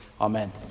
Amen